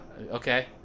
okay